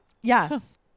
Yes